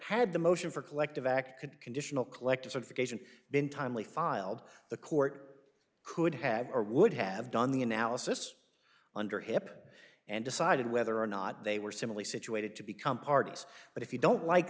the motion for collective act could conditional collect a certification been timely filed the court could have or would have done the analysis under hip and decided whether or not they were similarly situated to become parties but if you don't like